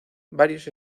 varios